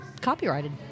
copyrighted